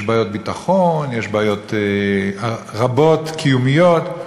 יש בעיות ביטחון, יש בעיות קיומיות רבות,